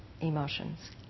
emotions